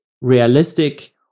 realistic